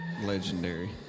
legendary